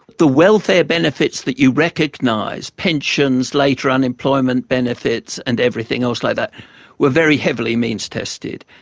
the welfare benefits that you recognise pensions, later unemployment benefits and everything else like that were very heavily means tested.